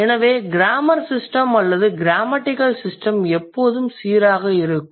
எனவே grammar system அல்லது grammatical system எப்போதும் சீராக இருக்கும்